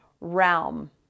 realm